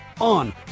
on